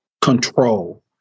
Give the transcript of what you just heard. Control